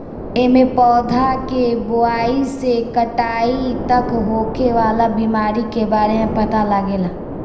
एमे पौधा के बोआई से कटाई तक होखे वाला बीमारी के बारे में पता लागेला